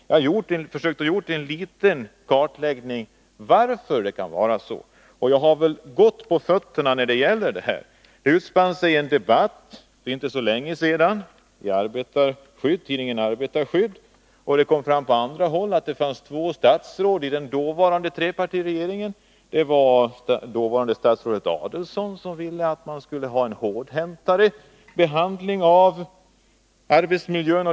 Jag har försökt att göra en liten kartläggning av orsakerna till att det är så, och jag har bra på fötterna i detta sammanhang. För inte så länge sedan utspann det sig en debattitidningen Arbetarskydd, som visade att det fanns två statsråd i den dåvarande trepartiregeringen, bl.a. dåvarande statsrådet Adelsohn, som ville ha en mer hårdhänt behandling av kostnaderna för arbetsmiljön.